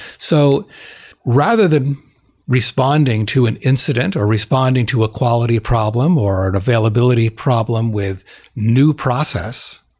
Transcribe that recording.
so rather than responding to an incident, or responding to a quality problem, or an availability problem with new process,